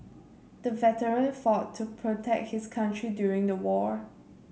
the veteran fought to protect his country during the war